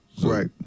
Right